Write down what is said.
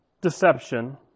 deception